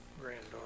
granddaughter